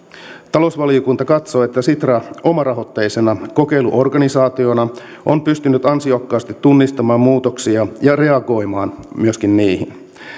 talousvaliokunta katsoo että sitra omarahoitteisena kokeiluorganisaationa on pystynyt ansiokkaasti tunnistamaan muutoksia ja reagoimaan myöskin niihin